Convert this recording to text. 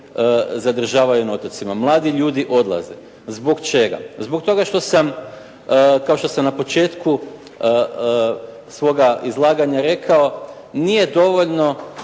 zadržavaju na otocima, mladi ljudi odlaze. Zbog čega? Zbog toga kao što sam na početku svoga izlaganja rekao, nije dovoljno